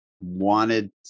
wanted